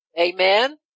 Amen